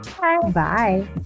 bye